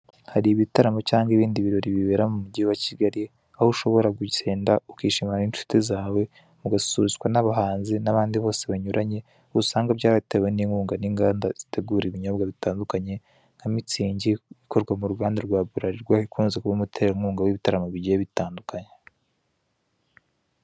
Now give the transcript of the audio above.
Hari ibitaramo cyangwa ibindi birori bibera mu mujyi wa Kigali, aho ushobora kugenda ukishimana n'inshuti zawe, mugasusurutswa n'abahanzi n'abandi bose banyuranye, igihe usanga byaratewe n'inkunga n'inganda zitegura ibinyobwa bitandukanye, nka mitsingi ikorwa mu ruganda rwa buralirwa, ikunze kuba umuterankunga w'ibitaramo bigiye bitandukanye.